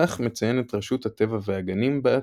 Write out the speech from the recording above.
וכך מציינת רשות הטבע והגנים באתר.